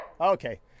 Okay